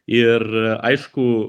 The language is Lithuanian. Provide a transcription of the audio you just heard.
ir aišku